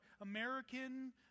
American